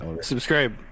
Subscribe